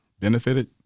benefited